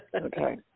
Okay